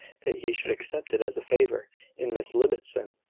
that he should accept it as a favour in miss ibbotson,